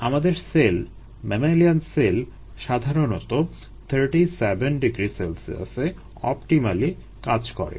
আমাদের cell mammalian cell সাধারণত 37 ºC এ অপটিমালি কাজ করে